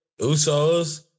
Usos